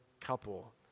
couple